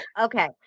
okay